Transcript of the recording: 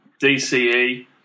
DCE